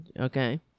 okay